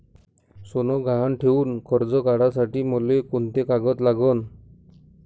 सोनं गहान ठेऊन कर्ज काढासाठी मले कोंते कागद लागन?